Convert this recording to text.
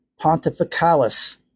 Pontificalis